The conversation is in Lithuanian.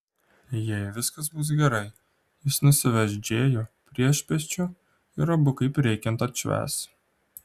jei viskas bus gerai jis nusives džėjų priešpiečių ir abu kaip reikiant atšvęs